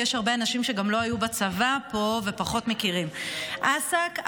כי יש הרבה אנשים שגם לא היו בצבא פה ופחות מכירים: אס"ק,